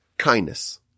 Kindness